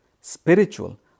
spiritual